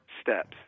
steps